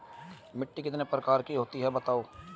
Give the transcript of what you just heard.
मिट्टी कितने प्रकार की होती हैं बताओ?